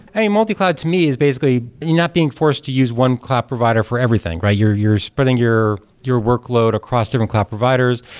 and multi-cloud to me is basically not being forced to use one cloud provider for everything, right? you're spreading your your workload across different cloud providers.